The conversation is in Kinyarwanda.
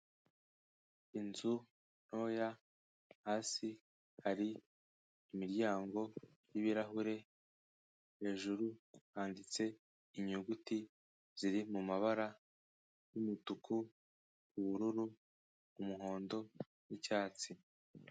Inzu ntoya hasi hari imiryango y'ibirahure, hejuru handitse inyuguti ziri mu mabara y'umutuku, ubururu, umuhondo n'icyatsi.